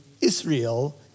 Israel